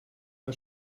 war